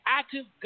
active